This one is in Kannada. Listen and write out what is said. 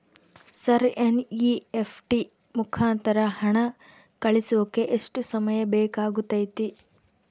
ಸರ್ ಎನ್.ಇ.ಎಫ್.ಟಿ ಮುಖಾಂತರ ಹಣ ಕಳಿಸೋಕೆ ಎಷ್ಟು ಸಮಯ ಬೇಕಾಗುತೈತಿ?